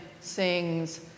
sings